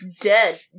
dead